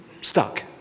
stuck